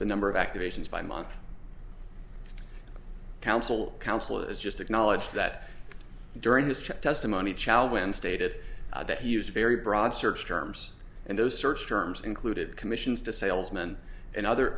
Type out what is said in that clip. the number of activations by month counsel counsel is just acknowledge that during this check testimony child when stated that he used very broad search terms and those search terms included commissions to salesman and other